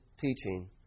teaching